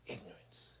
Ignorance